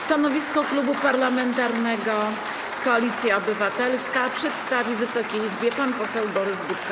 Stanowisko Klubu Parlamentarnego Koalicja Obywatelska przedstawi Wysokiej Izbie pan poseł Borys Budka.